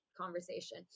conversation